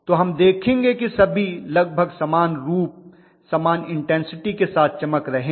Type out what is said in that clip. तो हम देखेंगे कि सभी लगभग समान रूप समान इन्टेन्सिटी के साथ चमक रहे हैं